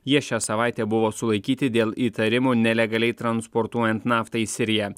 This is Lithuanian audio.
jie šią savaitę buvo sulaikyti dėl įtarimų nelegaliai transportuojant naftą į siriją